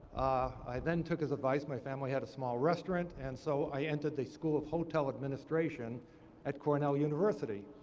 i then took his advice. my family had a small restaurant, and so i entered the school of hotel administration at cornell university.